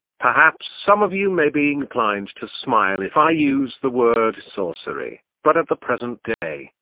perhaps some of you may be inclined to smile if i use the word sorcery, but at the present day,